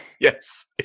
Yes